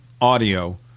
audio